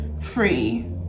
free